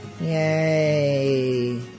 yay